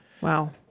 Wow